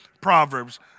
Proverbs